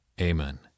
Amen